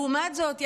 לעומת זאת,